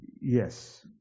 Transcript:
Yes